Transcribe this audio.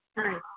ਹਾਂਜੀ